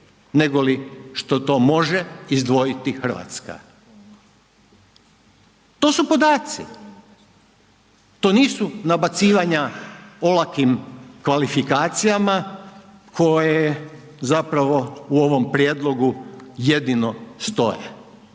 nego li što to može izdvojiti RH. To su podaci, to nisu nabacivanja olakim kvalifikacijama koje zapravo u ovom prijedlogu jedino stoje.